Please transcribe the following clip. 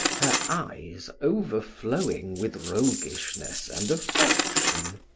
her eyes overflowing with roguishness and affection.